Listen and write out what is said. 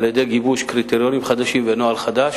על-ידי גיבוש קריטריונים חדשים ונוהל חדש.